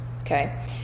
Okay